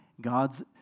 God's